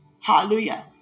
Hallelujah